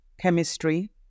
chemistry